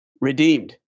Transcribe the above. redeemed